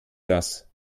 das